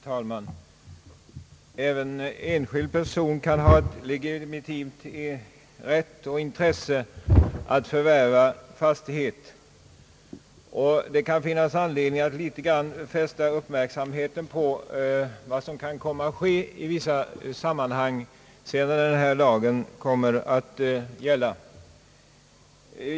Herr talman! Även enskild person kan ha legitimt intresse att förvärva fastighet, och det kan finnas anledning att fästa uppmärksamheten på vad som kan komma att ske i vissa sammanhang, sedan den här lagen kommit att gälla.